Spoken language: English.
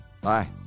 Bye